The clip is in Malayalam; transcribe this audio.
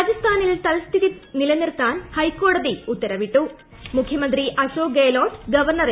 രാജസ്ഥാനിൽ തൽസ്ഥിതി നിലനിർത്താൻ ഹൈക്കോടതി ഉത്തരവിട്ടു മുഖ്യമന്ത്രി അശോക് ഗെഹ്ലോട്ട് ഗവർണറെ കണ്ടു